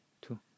two